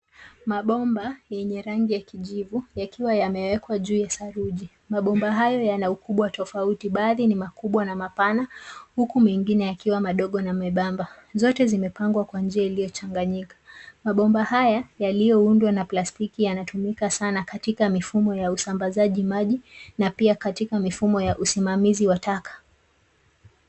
Mabomba yenye rangi ya kijivu. yakiwa yamewekwa juu ya saluji. Mabomba haya yana ukubwa tofauti. Baadhi ni makubwa na mapana ,huku mengine yakiwa madogo na mebamba. Zote zimepangwa kwa njia iliyochanganyika. Mabomba haya yalioundwa na plastiki yanatumika sana katika mifumo ya usambazaji maji, na pia katika mifumo ya usimamizi wa taka.